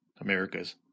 America's